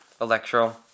Electro